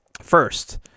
First